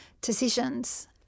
decisions